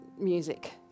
music